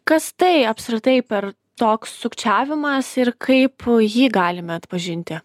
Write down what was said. kas tai apskritai per toks sukčiavimas ir kaip jį galime atpažinti